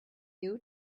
you